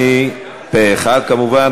פה-אחד כמובן.